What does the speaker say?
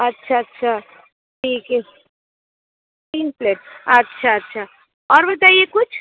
अच्छा अच्छा ठीक है तीन प्लेट अच्छा अच्छा और बताइए कुछ